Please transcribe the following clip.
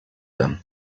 them